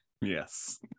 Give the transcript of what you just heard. Yes